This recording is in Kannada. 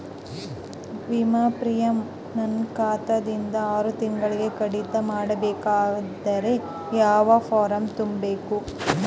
ವಿಮಾ ಪ್ರೀಮಿಯಂ ನನ್ನ ಖಾತಾ ದಿಂದ ಆರು ತಿಂಗಳಗೆ ಕಡಿತ ಮಾಡಬೇಕಾದರೆ ಯಾವ ಫಾರಂ ತುಂಬಬೇಕು?